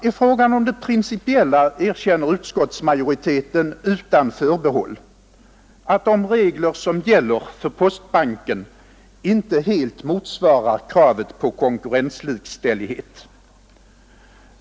I fråga om det principiella erkänner utskottsmajoriteten utan förbehåll att de regler som gäller för postbanken inte helt motsvarar kravet på konkurrenslikställighet.